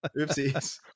Oopsies